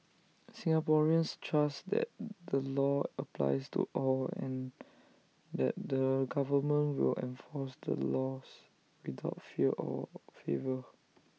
Singaporeans trust that the law applies to all and that the government will enforce the laws without fear or favour